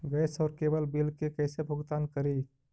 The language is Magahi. गैस और केबल बिल के कैसे भुगतान करी?